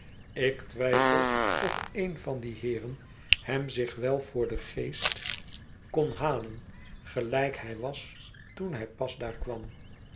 ik twijfel of een van die heeren hem zich wel voor den geest kon halen gelijk hij was toen hij pas daar kwam